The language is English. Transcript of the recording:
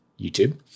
YouTube